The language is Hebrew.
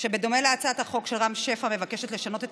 שבדומה להצעת החוק של רם שפע מבקשת לשנות את